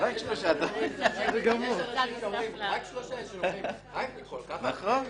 שאומרים כל כך הרבה?